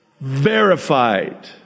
verified